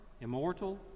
immortal